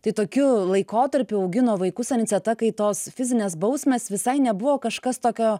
tai tokiu laikotarpiu augino vaikus aniceta kai tos fizinės bausmės visai nebuvo kažkas tokio